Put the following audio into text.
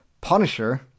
Punisher